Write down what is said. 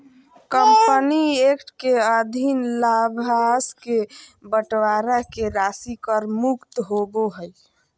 company act के अधीन लाभांश के बंटवारा के राशि कर मुक्त होबो हइ